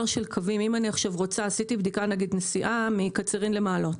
של קווים עשיתי בדיקה של נסיעה מקצרין למעלות.